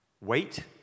Wait